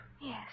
yes